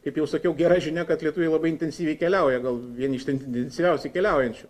kaip jau sakiau gera žinia kad lietuviai labai intensyviai keliauja gal vieni iš intensyviausiai keliaujančių